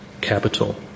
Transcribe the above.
capital